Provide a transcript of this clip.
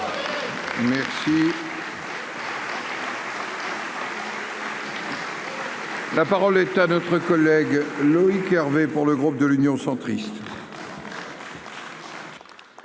demain. La parole est à notre collègue Loïc Hervé pour le groupe. De l'Union centriste.